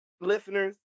listeners